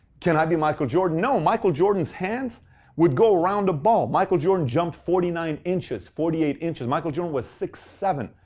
can i be michael jordan? no. michael jordan's hands would go around a ball. michael jordan jumped forty nine inches, forty eight inches. michael jordan was six zero seven,